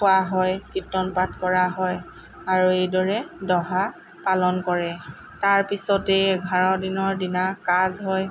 খোৱা হয় কীৰ্ত্তন পাঠ কৰা হয় আৰু এইদৰে দহা পালন কৰে তাৰ পিছতেই এঘাৰ দিনৰ দিনা কাজ হয়